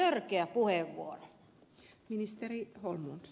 minun mielestäni tämä oli törkeä puheenvuoro